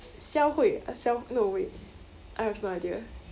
消会 uh 消 no wait I have no idea